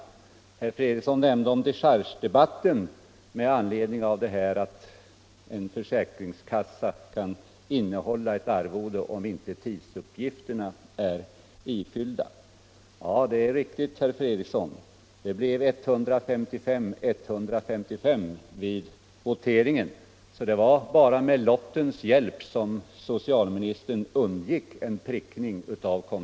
Herr Fredriksson nämnde dechargedebatten med anledning av detta att en försäkringskassa kan innehålla ett arvode om inte tidsuppgifterna är ifyllda. Ja, det är riktigt, herr Fredriksson. Det blev 155-155 vid voteringen, och det var bara med lottens hjälp som socialministern undgick en prickning.